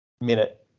minute